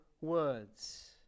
words